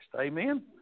Amen